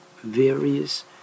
various